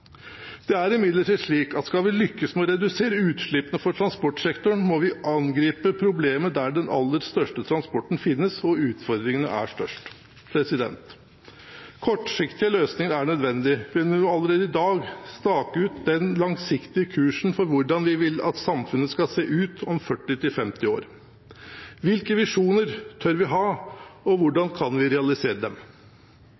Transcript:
Det er imidlertid slik at skal vi lykkes med å redusere utslippene for transportsektoren, må vi angripe problemet der den aller største transporten finnes og utfordringene er størst. Kortsiktige løsninger er nødvendig, men vi må allerede i dag stake ut den langsiktige kursen for hvordan vi vil at samfunnet skal se ut om 40–50 år. Hvilke visjoner tør vi ha, og